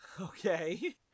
Okay